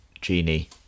Genie